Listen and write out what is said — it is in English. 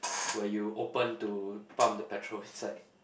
where you open to pump the petrol inside